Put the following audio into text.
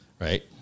right